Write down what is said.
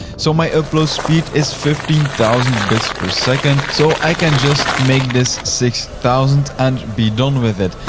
so my upload speed is fifteen thousand bits per second. so i can just make this six thousand and be done with it.